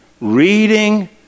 reading